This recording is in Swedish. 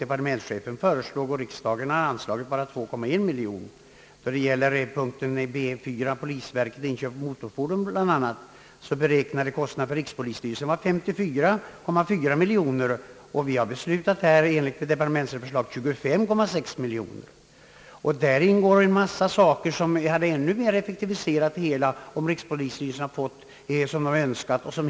Departementschefen föreslog och riksdagen beviljade bara 2,1 miljoner. Under punkten polisverkets inköp av motorfordon m.m. räknade rikspolisstyrelsen med att det erfordrades 54,4 miljoner kronor för budgetåret. Riksdagen beslöt i enlighet med departementschefens förslag 25,6 miljoner, och därvid finnes en mängd strukna saker som hade ännu mera effektiviserat polisverksamheten, om rikspolisstyrelsen hade fått vad den önskat.